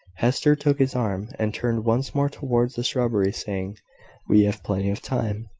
hester took his arm, and turned once more towards the shrubbery, saying we have plenty of time,